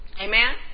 Amen